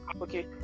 okay